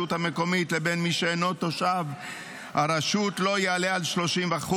המקומית לבין מי שאינו תושב הרשות לא יעלה על 30%,